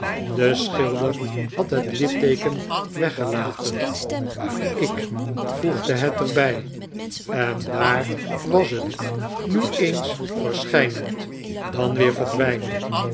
de schilder had het litteeken weggelaten maar i k voegde het er bij en daar was het nu eens verschijnend dan weer verdwijnend